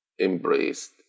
embraced